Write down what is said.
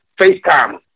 FaceTime